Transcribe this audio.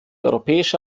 europäische